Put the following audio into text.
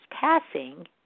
passing